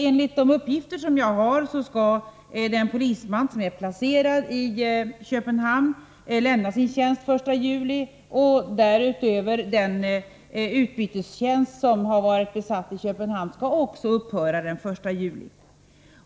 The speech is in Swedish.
Enligt de uppgifter jag har skall den polisman som är placerad i Köpenhamn lämna sin tjänst den 1 juli, och därutöver skall den utbytestjänst som har varit besatt i Köpenhamn upphöra den 1 juli.